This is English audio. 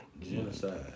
Genocide